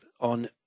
on